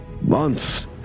Months